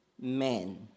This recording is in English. men